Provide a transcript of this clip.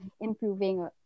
improving